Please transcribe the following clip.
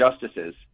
justices